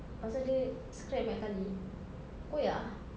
pasal dia scratch banyak kali koyak ah